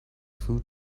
food